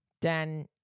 Dan